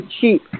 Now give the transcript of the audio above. cheap